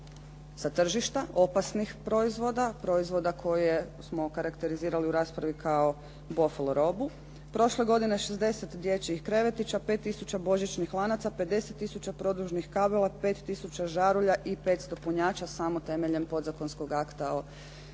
sa tržišta, opasnih proizvoda, proizvode koje smo okarakterizirali u raspravi kao bofl robu. Prošle godine 60 dječjih krevetića, 5000 božićnih lanaca, 50000 produžnih kabela, 5000 žarulja i 500 punjača samo temeljem podzakonskog akta o